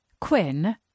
Quinn